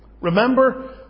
Remember